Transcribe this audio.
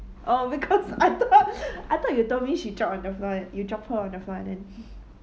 oh because I thought I thought you told me she dropped on the front you dropped her on the front end